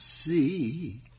see